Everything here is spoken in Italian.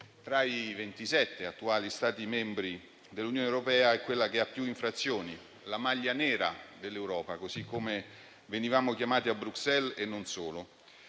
tra i 27 attuali Stati membri dell'Unione europea, che ha più infrazioni, la maglia nera dell'Europa, così come venivamo chiamati a Bruxelles e non solo.